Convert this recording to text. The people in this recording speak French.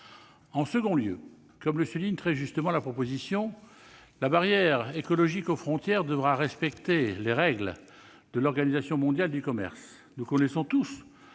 Par ailleurs, comme le souligne très justement la proposition de résolution, la barrière écologique aux frontières devra respecter les règles de l'Organisation mondiale du commerce. Nous connaissons tous